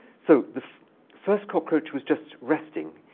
so the first cockroach was just resting.